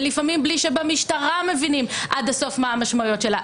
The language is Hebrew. ולפעמים בלי שמשטרה מבינים עד הסוף מה המשמעויות שלה.